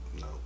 No